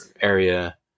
area